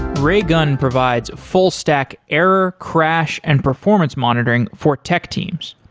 raygun provides full stack, error, crash and performance monitoring for tech teams.